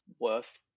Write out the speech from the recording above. worth